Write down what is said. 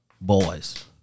boys